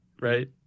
right